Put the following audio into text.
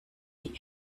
die